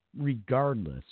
regardless